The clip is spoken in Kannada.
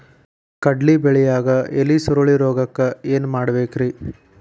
ಕಡ್ಲಿ ಬೆಳಿಯಾಗ ಎಲಿ ಸುರುಳಿರೋಗಕ್ಕ ಏನ್ ಮಾಡಬೇಕ್ರಿ?